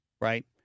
right